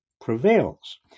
prevails